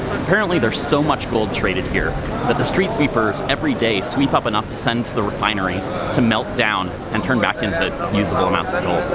apparently there's so much gold traded here that the street sweepers, every day, sweep up enough to send to the refinery to melt down and turn back into usable amounts and